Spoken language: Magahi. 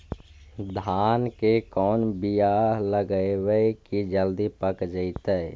धान के कोन बियाह लगइबै की जल्दी पक जितै?